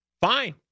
Fine